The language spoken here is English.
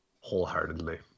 wholeheartedly